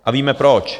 A víme proč.